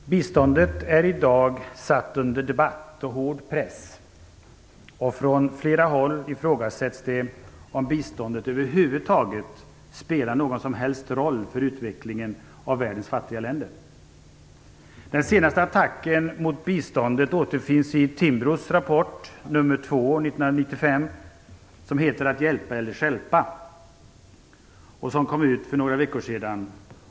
Fru talman! Biståndet är i dag satt under debatt och hård press, och från flera håll ifrågasätts det om biståndet över huvud taget spelar någon som helst roll för utvecklingen av världens fattiga länder. Den senaste attacken mot biståndet återfinns i Timbros rapport nr 2 för 1995 som heter Att hjälpa eller stjälpa?. Den kom ut för några veckor sedan.